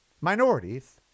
minorities